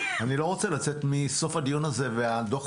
אני לא רוצה לצאת בסוף הדיון הזה במצב שהדוח